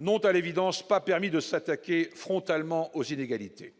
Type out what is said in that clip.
n'ont, à l'évidence, pas permis de s'attaquer frontalement aux inégalités.